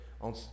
on